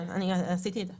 כן, אני עשיתי את זה.